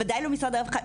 וודאי לא משרד הרווחה,